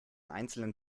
einzelnen